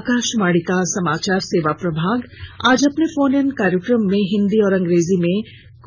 आकाशवाणी का समाचार सेवा प्रभाग आज अपने फोन इन कार्यक्रम में हिंदी और अंग्रेजी में